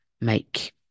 make